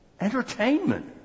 Entertainment